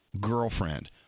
girlfriend